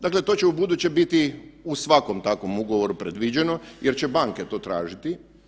Dakle, to će ubuduće biti u svakom takvom ugovoru predviđeno jer će banke to tražiti.